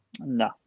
No